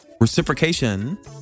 reciprocation